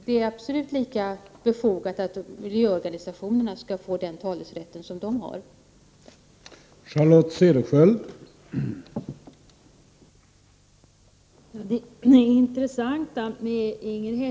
Det är absolut lika befogat att miljöorganisationerna har talerätt som att arbetstagarorganisationerna har det.